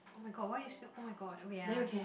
[oh]-my-god why you so [oh]-my-god wait ah